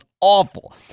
awful